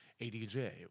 adj